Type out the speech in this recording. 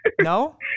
No